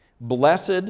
Blessed